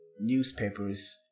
newspapers